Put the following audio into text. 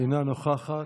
אינה נוכחת.